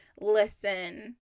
listen